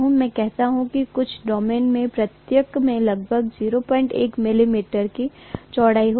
मैं कह सकता हूं कि कुछ डोमेन में प्रत्येक में लगभग 01 मिलीमीटर की चौड़ाई होगी